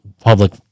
public